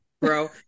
bro